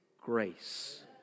grace